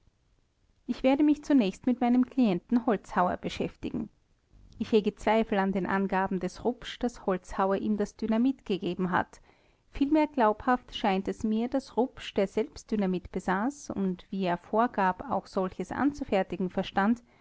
ich werde mich zunächst mit meinem klienten holzhauer beschäftigen ich hege zweifel an den angaben des rupsch daß holzhauer ihm das dynamit gegeben hat vielmehr glaubhaft scheint es mir daß rupsch der selbst dynamit besaß und wie er vorgab auch solches anzufertigen verstand